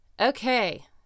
Okay